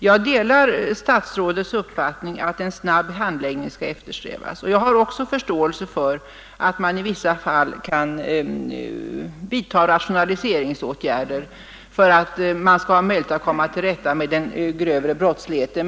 Jag delar statsrådets uppfattning att en snabb handläggning skall eftersträvas, och jag har också förståelse för att man i vissa fall kan vidta rationaliseringsåtgärder för att det skall vara möjligt att komma till rätta med den grövre brottsligheten.